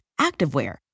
activewear